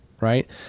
right